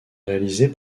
réalisés